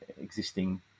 existing